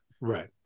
Right